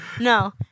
No